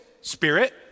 Spirit